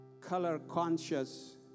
color-conscious